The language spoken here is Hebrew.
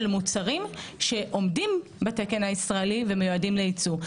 מוצרים שעומדים בתקן הישראלי ומיועדים לייצוא.